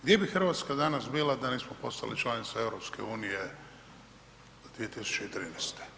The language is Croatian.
Gdje bi Hrvatska danas bila da nismo postali članica EU 2013.